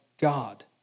God